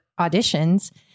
auditions